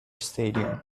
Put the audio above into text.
stadium